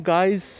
Guys